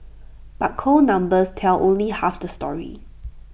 but cold numbers tell only half the story